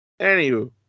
anywho